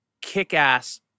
kick-ass